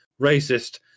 racist